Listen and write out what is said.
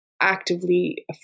actively